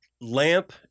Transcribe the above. lamp